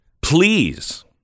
Please